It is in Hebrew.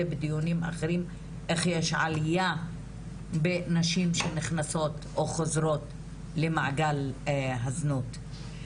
בדיונים קודמים איך יש עליה בנשים שנכנסות או חוזרות למעגל הזנות.